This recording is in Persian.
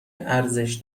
ارزش